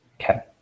Okay